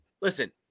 Listen